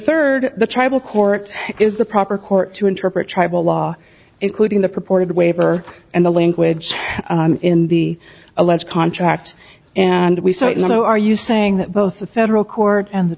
third the tribal court is the proper court to interpret tribal law including the purported waiver and the language in the alleged contract and we so you know are you saying that both the federal court and the